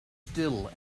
still